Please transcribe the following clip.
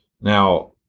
Now